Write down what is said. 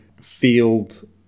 field